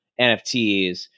NFTs